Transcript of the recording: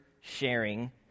sharing